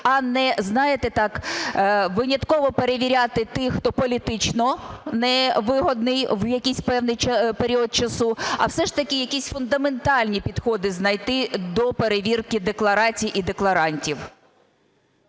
а не, знаєте, так винятково перевіряти тих, хто політично невигідний в якийсь певний період часу, а все ж таки якісь фундаментальні підходи знайти до перевірки декларацій і декларантів.